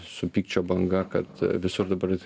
su pykčio banga kad visur dabar